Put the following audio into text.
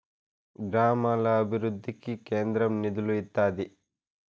గ్రామాల అభివృద్ధికి కేంద్రం నిధులు ఇత్తాది